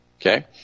okay